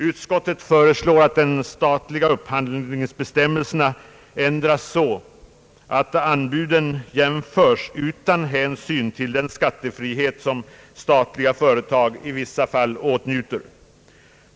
Utskottet föreslår att de statliga upphandlingsbestämmelserna ändras så att anbuden jämförs utan hänsyn till den skattefrihet som statliga företag i vissa fall åtnjuter.